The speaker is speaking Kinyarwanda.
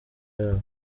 yabo